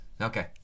Okay